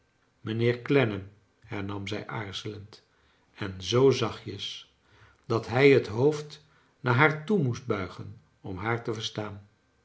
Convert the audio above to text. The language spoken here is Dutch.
mijnheer clennam hernam zij aarzelend en zoo zachtjes dat hij het hoofd naar haar toe moest buigen om haar te verstaan